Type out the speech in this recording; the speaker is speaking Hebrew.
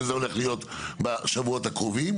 וזה הולך להיות בשבועות הקרובים,